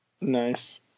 Nice